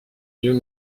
lieux